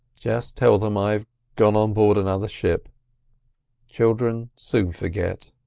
just tell them i've gone on board another ship children soon forget.